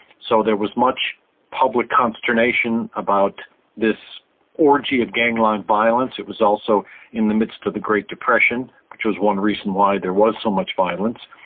so there was much public consternation about this orgy of gangland violence. it was also in the midst of the great depression, which was one reason why there was so much violence.